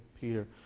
Peter